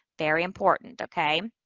very important, okay?